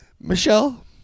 Michelle